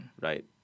right